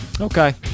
okay